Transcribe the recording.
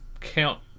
count